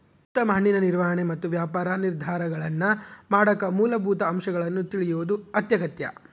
ಉತ್ತಮ ಹಣ್ಣಿನ ನಿರ್ವಹಣೆ ಮತ್ತು ವ್ಯಾಪಾರ ನಿರ್ಧಾರಗಳನ್ನಮಾಡಕ ಮೂಲಭೂತ ಅಂಶಗಳನ್ನು ತಿಳಿಯೋದು ಅತ್ಯಗತ್ಯ